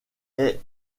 est